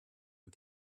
and